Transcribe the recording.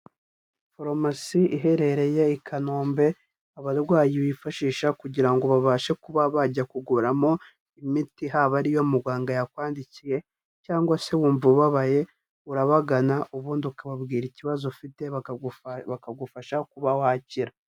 Farumasi iherereye i Kanombe, abarwayi bifashisha kugira ngo babashe kuba bajya kuguramo imiti haba ari iyo muganga yakwandikiye cyangwa se wumva ubabaye, urabagana ubundi ukababwira ikibazo ufite bakagufasha kuba wakira.